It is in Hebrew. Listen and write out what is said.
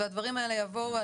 והדברים האלה יבואו,